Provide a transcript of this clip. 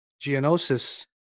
geonosis